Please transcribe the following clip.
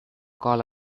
call